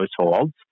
households